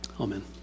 Amen